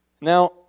Now